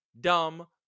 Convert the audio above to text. dumb